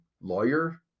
lawyer